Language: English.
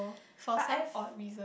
but I have